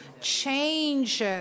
change